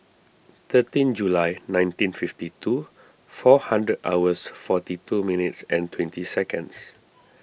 thirteen July nineteen fifty two four hundred hours forty two minutes and twenty seconds